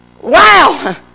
Wow